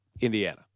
Indiana